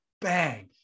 bang